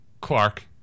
Clark